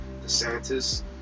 DeSantis